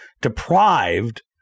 deprived